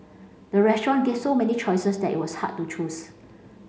the restaurant gave so many choices that it was hard to choose